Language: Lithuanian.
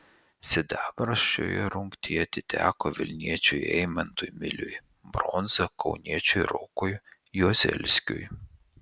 sidabras šioje rungtyje atiteko vilniečiui eimantui miliui bronza kauniečiui rokui juozelskiui